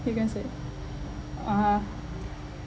you can say (uh huh)